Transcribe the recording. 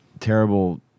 terrible